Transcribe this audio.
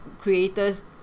creator's